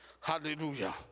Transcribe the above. Hallelujah